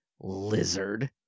Lizard